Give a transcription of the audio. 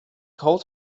called